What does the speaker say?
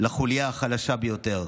לחוליה החלשה ביותר.